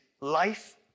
life